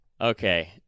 Okay